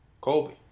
Colby